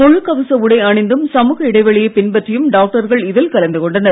முழுக் கவச உடை அணிந்தும் சமூக இடைவெளியை பின்பற்றியும் டாக்டர்கள் இதில் கலந்து கொண்டனர்